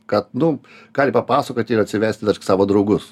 kad nu gali papasakoti ir atsivesti savo draugus